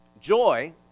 Joy